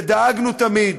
ודאגנו תמיד